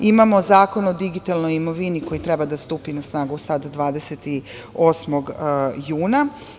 Imamo i Zakon o digitalnoj imovini koji treba da stupi na snagu sada 28. juna.